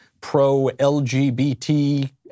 pro-LGBT